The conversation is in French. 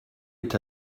est